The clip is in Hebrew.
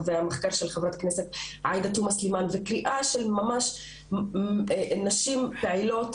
המחקר של חברת הכנסת עאידה תומא סלימאן ונשים פעילות